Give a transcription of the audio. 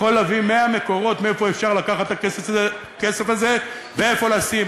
יכול להביא מאה מקורות מאיפה אפשר לקחת את הכסף הזה ואיפה לשים.